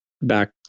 back